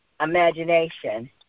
imagination